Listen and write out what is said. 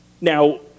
Now